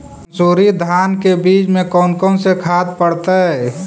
मंसूरी धान के बीज में कौन कौन से खाद पड़तै?